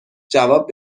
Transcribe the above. جواب